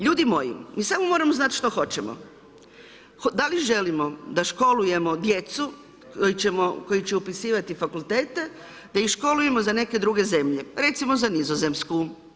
Ljudi moji, mi samo moramo znati što hoćemo, da li želimo da školujemo djecu, koji će upisivati fakultete, da ih školujemo za neke druge zemlje, recimo za Nizozemsku.